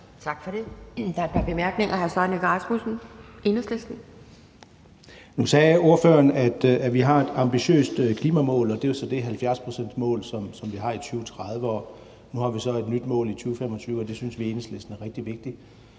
Tak for det. Der er et par bemærkninger. Hr. Søren Egge Rasmussen, Enhedslisten. Kl. 11:58 Søren Egge Rasmussen (EL): Nu sagde ordføreren, at vi har et ambitiøst klimamål, og det er jo så det 70-procentsmål, som vi har i 2030. Og nu har vi så et nyt mål i 2025, og det synes vi i Enhedslisten er rigtig vigtigt.